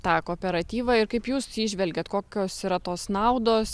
tą kooperatyvą ir kaip jūs įžvelgiat kokios yra tos naudos